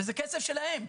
וזה כסף שלו,